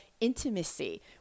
intimacy